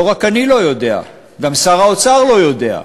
לא רק אני לא יודע, גם שר האוצר לא יודע.